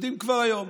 יודעים כבר היום.